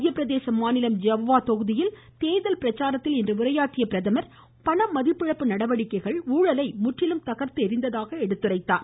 மத்திய பிரதேச மாநிலம் ஜாபுவா தொகுதியில் தேர்தல் பிரச்சாரத்தில் இன்று உரையாற்றிய அவர் பணப் மதிப்பிழப்பு நடவடிக்கைகள் ஊழலை முற்றிலும் தகாத்து எறிந்ததாக எடுத்துரைத்தார்